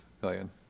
billion